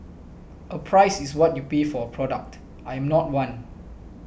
a price is what you pay for a product I am not one